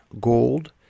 Gold